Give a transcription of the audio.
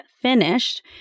finished